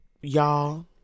Y'all